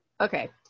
Okay